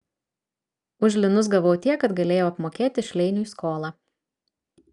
už linus gavau tiek kad galėjau apmokėti šleiniui skolą